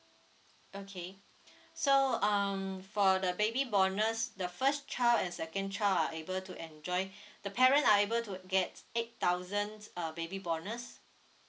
okay so um for the baby bonus the first child and second child are able to enjoy the parent are able to get eight thousands err baby bonus